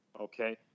okay